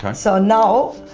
kind of so now,